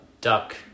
duck